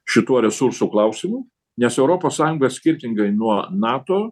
šituo resursų klausimu nes europos sąjunga skirtingai nuo nato